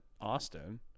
Austin